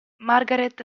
margaret